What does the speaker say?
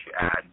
add